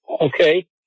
okay